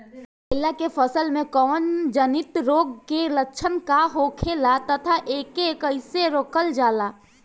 केला के फसल में कवक जनित रोग के लक्षण का होखेला तथा एके कइसे रोकल जाला?